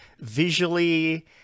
visually